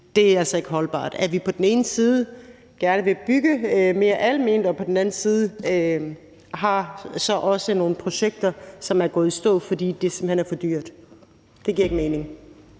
det er altså ikke holdbart, at vi på den ene side gerne vil bygge mere alment og på den anden side så også har nogle projekter, som er gået i stå, fordi det simpelt hen er for dyrt. Det giver ikke mening.